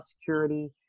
security